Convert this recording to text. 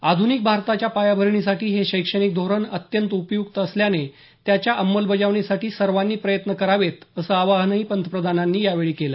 आधुनिक भारताच्या पायाभरणीसाठी हे शैक्षणिक धोरण अत्यंत उपय्क्त असल्याने त्याच्या अंमलबजावणीसाठी सर्वांनी प्रयत्न करावेत असं आवाहनही पंतप्रधानांनी यावेळी केलं